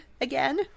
again